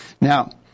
now